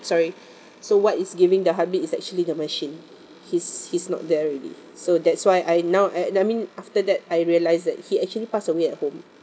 sorry so what is giving the heartbeat is actually the machine he's he's not there already so that's why I now uh I mean after that I realise that he actually passed away at home